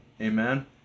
amen